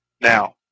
now